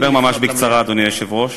אדבר ממש בקצרה, אדוני היושב-ראש.